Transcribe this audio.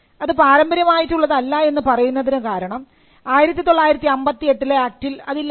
അത് പാരമ്പര്യമായിട്ടുള്ളതല്ല എന്ന് പറയുന്നതിന് കാരണം 1958 ലെ ആക്ടിൽ ഇതില്ലായിരുന്നു